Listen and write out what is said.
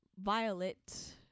violet